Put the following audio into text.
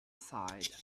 side